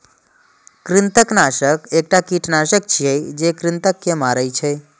कृंतकनाशक एकटा कीटनाशक छियै, जे कृंतक के मारै छै